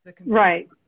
Right